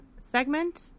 segment